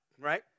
right